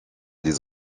des